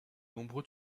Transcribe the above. nombreux